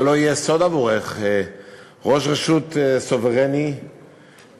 זה לא יהיה סוד עבורך שראש רשות סוברני לקבל